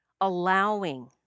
allowing